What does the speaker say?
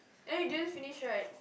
eh you didn't finish right